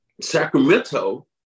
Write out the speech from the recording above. Sacramento